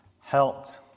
helped